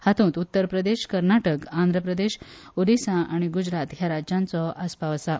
हातूंत उत्तर प्रदेश कर्नाटक आंध्र प्रदेश ओडिशा आनी गुजरात ह्या राज्याचो आसपाव आसा